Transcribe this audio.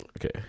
Okay